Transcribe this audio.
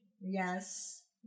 Yes